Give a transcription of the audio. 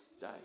day